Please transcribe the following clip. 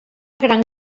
gran